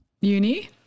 uni